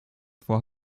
vor